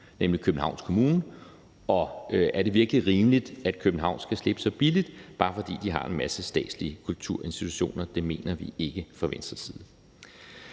nemlig Københavns Kommune. Er det virkelig rimeligt, at København skal slippe så billigt, bare fordi vi har en masse statslige kulturinstitutioner? Det mener vi ikke fra Venstres side.